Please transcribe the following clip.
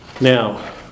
Now